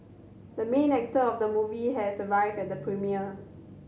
the main actor of the movie has arrived at the premiere